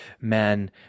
man